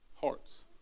hearts